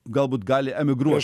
galbūt gali emigruoti